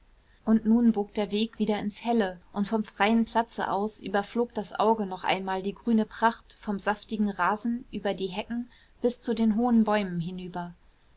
und nun bog der weg wieder ins helle und vom freien platze aus überflog das auge noch einmal die grüne pracht vom saftigen rasen über die hecken bis zu den hohen bäumen hinüber